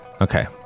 Okay